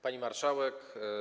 Pani Marszałek!